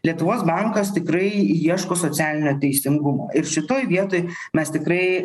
lietuvos bankas tikrai ieško socialinio teisingumo ir šitoj vietoj mes tikrai